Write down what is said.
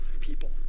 people